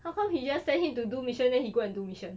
how come he just send him to do mission then he go and do mission